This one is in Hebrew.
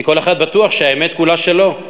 כי כל אחד בטוח שהאמת כולה שלו.